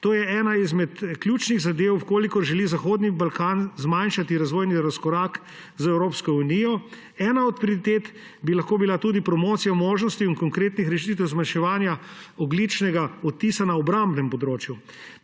To je ena ključnih zadev, če hoče Zahodni Balkan zmanjšati razvojni razkorak z Evropsko unijo. Ena od prioritet bi lahko bila tudi promocija možnosti in konkretnih rešitev zmanjševanja ogljičnega odtisa na obrabnem področju.